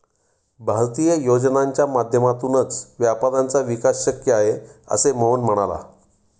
भारतीय योजनांच्या माध्यमातूनच व्यापाऱ्यांचा विकास शक्य आहे, असे मोहन म्हणाला